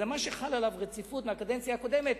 אלא במה שחל עליו דין רציפות מהקדנציה הקודמת,